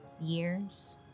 years